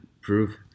prove